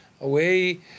Away